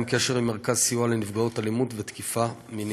קיים קשר עם מרכז סיוע לנפגעות אלימות ותקיפה מינית.